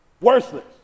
worthless